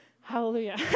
Hallelujah